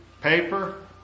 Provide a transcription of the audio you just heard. paper